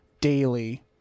daily